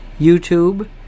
YouTube